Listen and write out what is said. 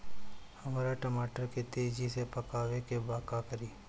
हमरा टमाटर के तेजी से पकावे के बा का करि?